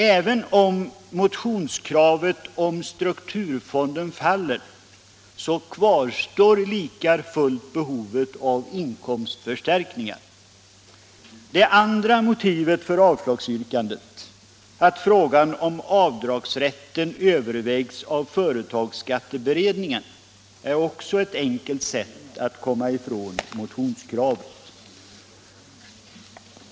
Även om motionskravet om strukturfonden faller, kvarstår lika fullt behovet av inkomstförstärkningar. Det andra motivet för avslagsyrkandet, att frågan om avdragsrätten övervägs av företagsskatteberedningen, är också ett enkelt sätt att komma ifrån motionskravet.